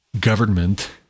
government